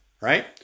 right